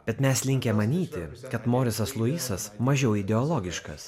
bet mes linkę manyti kad morisas luisas mažiau ideologiškas